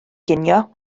ginio